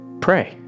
Pray